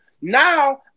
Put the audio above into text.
Now